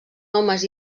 homes